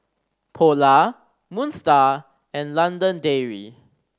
Polar Moon Star and London Dairy